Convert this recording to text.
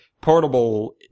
portable